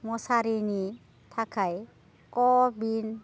मसारिनि थाखाय क' विन